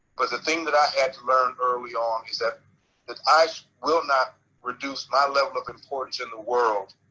but the thing that i had to learn early on is that that i will not reduce my level of importance in the world.